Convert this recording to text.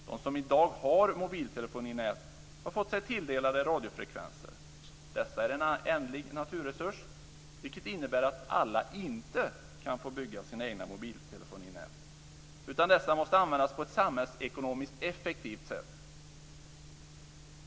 De som i dag har mobiltelefoninät har fått sig tilldelade radiofrekvenser. Dessa är en ändlig naturresurs, vilket innebär att alla inte kan få bygga sina egna mobiltelefoninät, utan dessa måste användas på ett samhällsekonomiskt effektivt sätt.